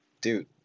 Dude